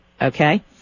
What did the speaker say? okay